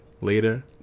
later